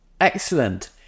Excellent